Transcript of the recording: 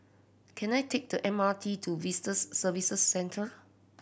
can I take the M R T to Visitors Services Centre